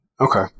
Okay